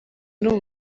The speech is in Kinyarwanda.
n’u